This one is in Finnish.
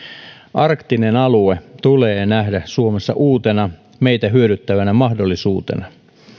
arktinen alue tulee nähdä suomessa uutena meitä hyödyttävänä mahdollisuutena